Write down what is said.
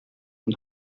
und